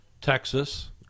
Texas